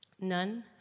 None